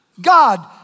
God